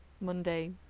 Monday